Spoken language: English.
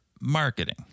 marketing